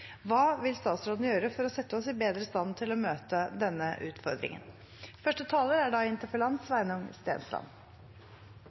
Hva vil statsråden gjøre for å sette oss bedre i stand til å møte denne utfordringen? Å bedre tilbudet til personer med demens og deres pårørende er